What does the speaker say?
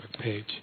page